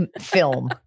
film